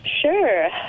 Sure